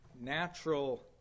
natural